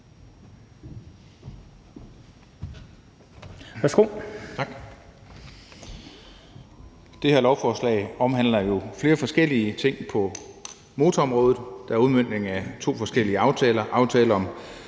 (DF): Det her lovforslag omhandler jo flere forskellige ting på motorområdet. Der er udmøntning af to forskellige aftaler: aftale om